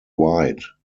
wide